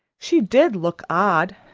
she did look odd.